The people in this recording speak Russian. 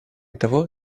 того